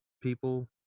people